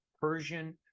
Persian